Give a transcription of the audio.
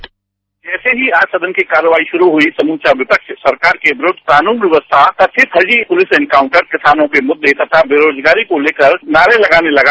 bite M S Yadav जैसे ही आज सदन की कार्यवाही शुरू हुई समूचा विपक्ष सरकार के विरुद्ध कानून व्यवस्था कथित फर्जी पुलिस एनकाउंटर किसानों के मुद्दे तथा बेरोजगारी को लेकर नारे लगाने लगा